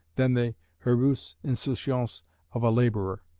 than the heureuse insouciance of a labourer,